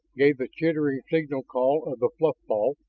gave the chittering signal call of the fluff-ball,